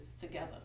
together